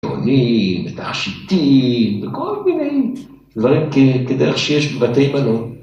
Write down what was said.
‫מבונים, מתעשיתים, בכל מיני... דברים כדרך שיש בבתי מלון.